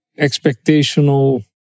expectational